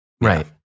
Right